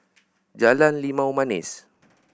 Jalan Limau Manis